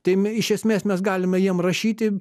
tai iš esmės mes galime jiem rašyti